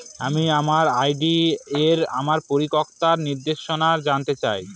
আমি আমার আর.ডি এর আমার পরিপক্কতার নির্দেশনা জানতে চাই